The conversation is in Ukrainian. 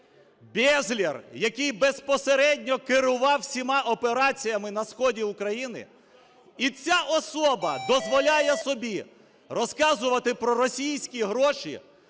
Безлер, який безпосередньо керував всіма операціями на сході України, і ця особа дозволяє собі розказувати про російські гроші,